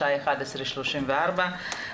השעה 11:34,